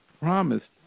promised